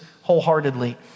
wholeheartedly